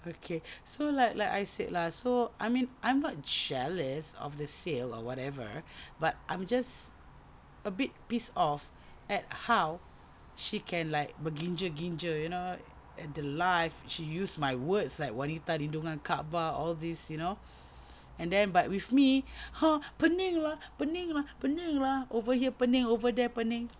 okay so like like I said lah so I mean I'm not jealous of the sales or whatever but I'm just a bit pissed off at how she can like berkinja-kinja you know at the live she used my words like wanita lindungan kaabah all these you know and then but with me !huh! pening lah pening lah pening lah over here pening over there pening